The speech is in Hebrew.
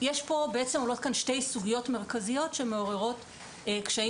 בעצם עולות כאן שתי סוגיות מרכזיות שמעוררות קשיים